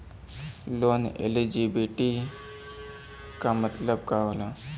Loan eligibility का मतलब का होला?